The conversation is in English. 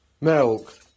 milk